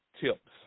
tips